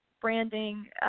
branding